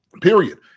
Period